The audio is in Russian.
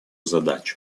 задач